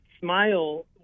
smile